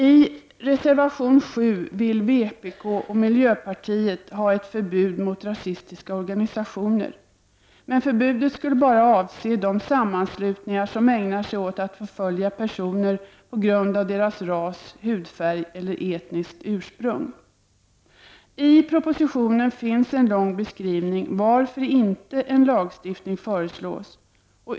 I reservation nr 7 yrkar vpk och miljöpartiet på ett förbud mot rasistiska organisationer. Förbudet skulle emellertid endast avse sammanslutningar som ägnar sig åt att förfölja personer på grund av deras ras, hudfärg eller etniska ursprung. I propositionen finns en lång beskrivning till varför en lagstiftning inte föreslås.